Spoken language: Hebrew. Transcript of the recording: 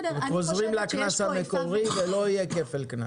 חוזרים לקנס המקורי ולא יהיה כפל קנס.